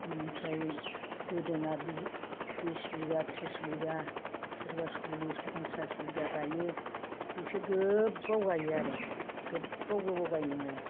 बेनिफ्राय गोदोना बिस बिगा थ्रिस बिगा सोरबा सल्लिस फनसास बिगा गायो बिसोर गोबाव गायो आरो गोबाव गोबाव गायनांगौ